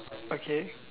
okay